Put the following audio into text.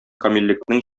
камиллекнең